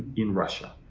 in russia.